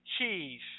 cheese